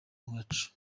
wacu